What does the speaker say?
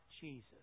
Jesus